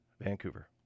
Vancouver